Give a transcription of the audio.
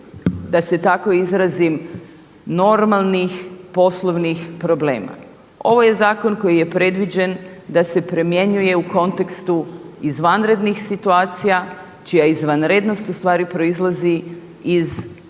da se tako izrazim normalnih poslovnih problema. Ovo je zakon koji je predviđen da se primjenjuje u kontekstu izvanrednih situacija čija izvanrednost ustvari proizlazi iz